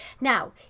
Now